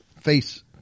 face